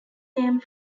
name